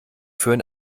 führen